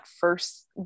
first